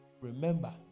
remember